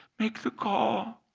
make the call.